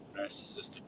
Narcissistic